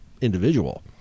individual